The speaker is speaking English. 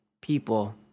people